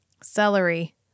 celery